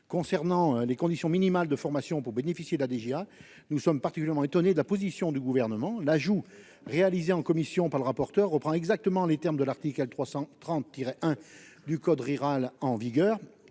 concernant les conditions minimales de formation pour bénéficier de la DGA. Nous sommes particulièrement étonné de la position du gouvernement l'ajout réalisé en commission par le rapporteur reprend exactement les termes de l'Arctique à 330 tirer 1 du code rural en vigueur